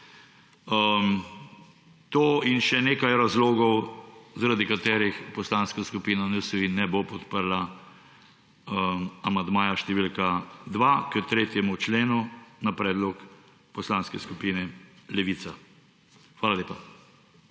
To in še nekaj razlogov je, zaradi katerih Poslanska skupina NSi ne bo podprla amandmaja številka 2 k 3. členu na predlog Poslanske skupine Levica. Hvala lepa.